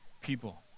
people